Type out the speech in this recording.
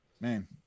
man